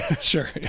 Sure